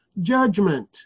judgment